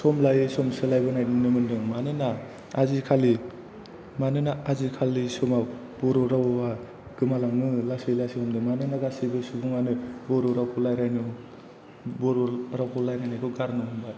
सम लायै सम सोलायबोनाय नुनो मोन्दों मानोना आजिखालि मानोना आजिखालि समाव बर' रावआ गोमालांओ लासै लासैनो मानोना गासैबो सुबुंआनो बर' रावखौ रायलायनो बर' रावखौ रायलायनायखौ गारनो हमबाय